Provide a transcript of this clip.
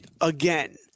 again